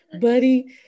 buddy